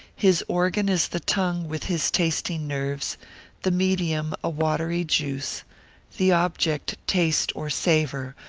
his organ is the tongue with his tasting nerves the medium, a watery juice the object, taste, or savour,